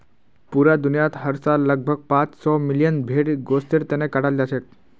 पूरा दुनियात हर साल लगभग पांच सौ मिलियन भेड़ गोस्तेर तने कटाल जाछेक